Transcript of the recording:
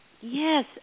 Yes